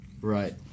Right